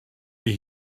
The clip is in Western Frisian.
wie